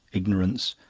ignorance,